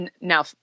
now